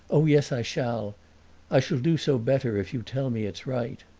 oh, yes, i shall i shall do so better if you tell me it's right.